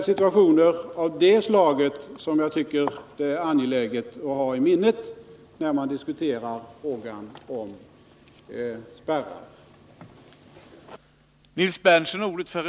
Exempel av detta slag är det angeläget att hålla i minnet, när man diskuterar frågan om spärrar.